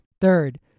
third